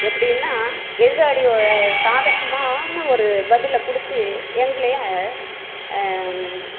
எப்படின்னா எதிராளியோட சாதகமான ஒரு பதிலை கொடுத்து எங்களையே